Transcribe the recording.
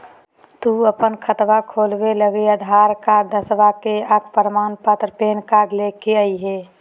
तू अपन खतवा खोलवे लागी आधार कार्ड, दसवां के अक प्रमाण पत्र, पैन कार्ड ले के अइह